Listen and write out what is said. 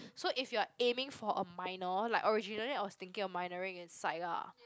so if you're aiming for a minor like originally I was thinking of minoring in psych ah